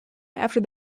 after